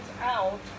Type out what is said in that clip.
out